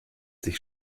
sich